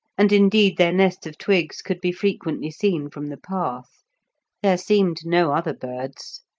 and indeed their nests of twigs could be frequently seen from the path. there seemed no other birds.